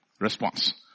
response